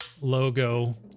logo